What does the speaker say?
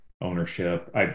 ownership